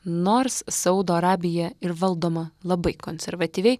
nors saudo arabija ir valdoma labai konservatyviai